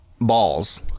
balls